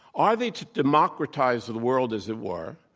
are they to democratize the world as it were,